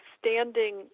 standing